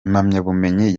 impamyabumenyi